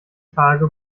tage